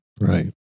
Right